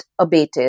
abated